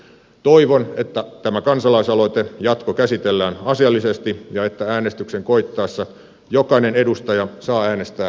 toivon että tämä kansalaisaloite jatkokäsitellään asiallisesti ja että äänestyksen koittaessa jokainen edustaja saa äänestää omantuntonsa mukaan